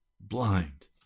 blind